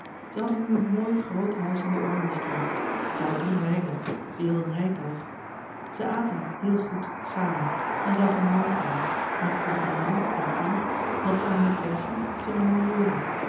zij hadden nu een mooi groot huis in de oranjestraat zij hadden drie meiden zij hielden rijtuig zij aten heel goed samen en zagen nooit iemand noch van de familie intiem noch van hunne kennissen ceremonieeler